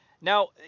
Now